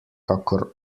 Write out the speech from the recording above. kakor